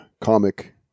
comic